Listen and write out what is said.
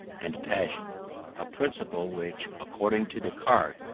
and passion a principle which, according to descartes,